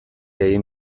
egin